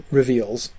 reveals